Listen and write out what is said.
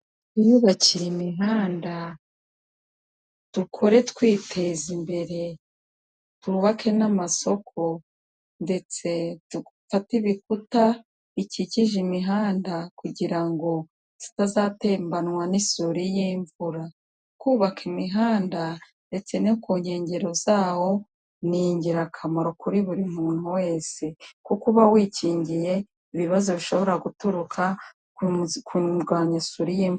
Mwiyubakire imihanda, dukore twiteza imbere twubake n'amasoko ndetse twubake ibikuta bikikije imihanda kugirango tutazatembanwa n'isuri y'imvura. Kubaka imihanda ndetse no ku nkengero ni ingirakamaro kuri buri muntu wese kuko uba wikingiye ibibazo bishobora guturuka ku mirwanyasuri y'imvura.